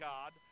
God